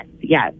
Yes